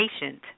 patient